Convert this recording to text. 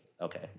okay